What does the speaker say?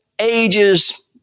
ages